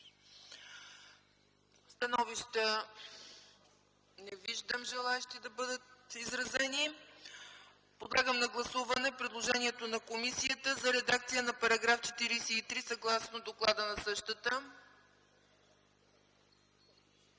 Становища? Не виждам желаещи. Подлагам на гласуване предложението на комисията за редакция на § 43, съгласно доклада на същата.